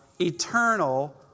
eternal